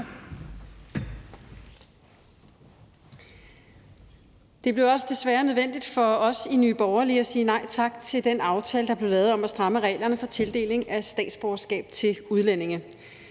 Det bliver også desværre nødvendigt for os i Nye Borgerlige at sige nej tak til den aftale, der er blevet lavet, om at stramme reglerne for tildeling af statsborgerskab til udlændinge.